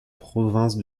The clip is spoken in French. province